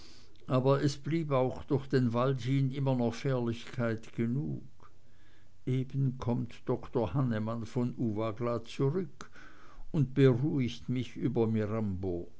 aber es blieb auch durch den wald immer noch fährlichkeit genug eben kommt doktor hannemann von uvagla zurück und beruhigt mich über mirambo